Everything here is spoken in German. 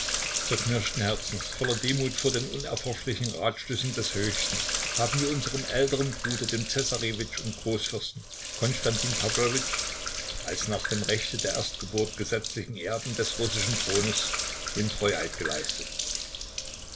zerknirschten herzens voller demut vor den unerforschlichen ratschlüssen des höchsten haben wir unserm älteren bruder dem zessarewitsch und großfürsten konstantin pawlowitsch als nach dem rechte der erstgeburt gesetzlichen erben des russischen thrones den treueid geleistet